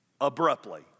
abruptly